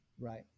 Right